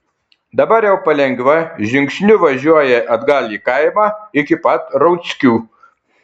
dabar jau palengva žingsniu važiuoja atgal į kaimą iki pat rauckių